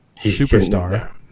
superstar